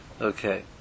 Okay